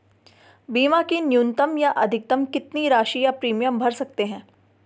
बीमा की न्यूनतम या अधिकतम कितनी राशि या प्रीमियम भर सकते हैं?